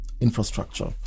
infrastructure